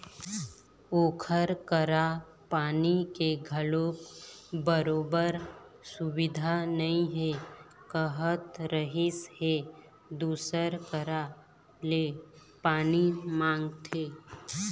ओखर करा पानी के घलोक बरोबर सुबिधा नइ हे कहत रिहिस हे दूसर करा ले पानी मांगथे